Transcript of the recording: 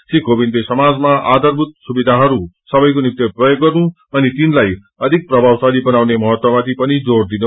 श्री कोविन्दले समाजमा आधारभूत सुविधाहरू सबैको निम्ति प्रयोग गर्नु अनि तिनलाई अधिक प्रभावशाली बनाउने महत्वमाथि पनि जोड़ दिनुभयो